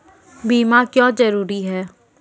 बीमा क्यों जरूरी हैं?